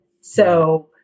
So-